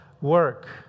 work